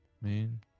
Man